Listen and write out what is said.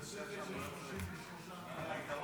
תוספת של 33 מיליארד.